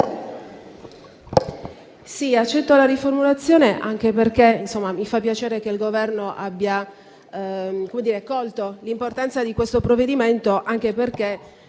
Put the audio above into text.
accetto la riformulazione, anche perché mi fa piacere che il Governo abbia colto l'importanza di questo provvedimento e perché